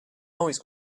always